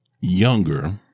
younger